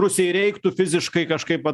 rusijai reiktų fiziškai kažkaip